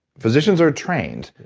physicians are trained.